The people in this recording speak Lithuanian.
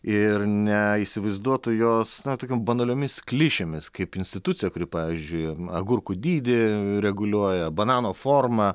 ir neįsivaizduotų jos na tokiom banaliomis klišėmis kaip institucija kuri pavyzdžiui agurkų dydį reguliuoja banano formą